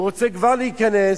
והוא רוצה כבר להיכנס.